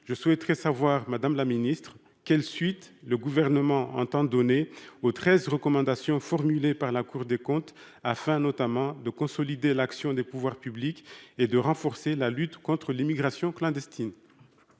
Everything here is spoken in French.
Je souhaiterais savoir, madame la ministre, quelles suites le Gouvernement entend donner aux treize recommandations formulées par la Cour des comptes afin notamment de consolider l'action des pouvoirs publics et de renforcer la lutte contre l'immigration clandestine